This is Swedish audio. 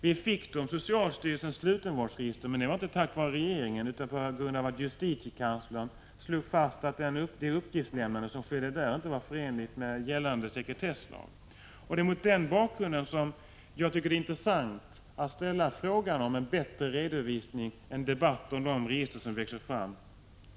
Vi fick det om socialstyrelsens slutenvårdsregister, men det var inte tack vare regeringen utan på grund av att justitiekanslern slog fast att det uppgiftslämnande som skedde inte var förenligt med gällande sekretesslag. Det är mot den bakgrunden som det är intressant att ställa frågan om en bättre redovisning, en debatt om de register som växer fram.